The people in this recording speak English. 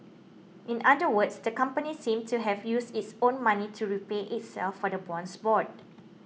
in other words the company seemed to have used its own money to repay itself for the bonds bought